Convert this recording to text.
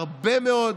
הרבה מאוד